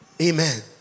Amen